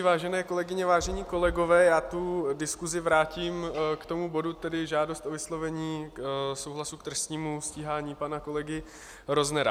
Vážené kolegyně, vážení kolegové, já tu diskusi vrátím k tomu bodu, tedy žádosti o vyslovení souhlasu k trestnímu stíhání pana kolegy Roznera.